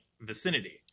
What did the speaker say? vicinity